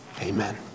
Amen